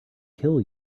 kill